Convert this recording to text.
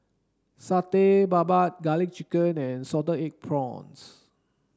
satay babat garlic chicken and salted egg prawns